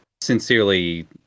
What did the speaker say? sincerely